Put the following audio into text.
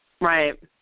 Right